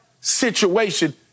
situation